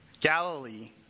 Galilee